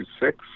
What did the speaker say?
six